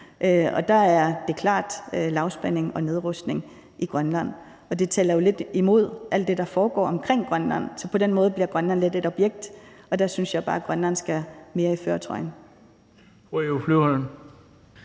der er det klart lavspænding og nedrustning i Grønland. Det taler jo lidt imod alt det, der foregår omkring Grønland, så på den måde bliver Grønland lidt et objekt, og der synes jeg bare, at Grønland skal være mere i førertrøjen.